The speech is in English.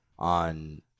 on